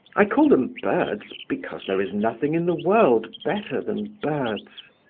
i call them birds because there is nothing in the world better than birds!